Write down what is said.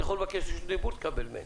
אתה יכול לבקש רשות דיבור ותקבל ממני.